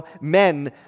men